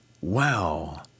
wow